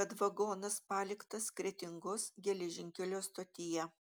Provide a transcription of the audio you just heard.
kad vagonas paliktas kretingos geležinkelio stotyje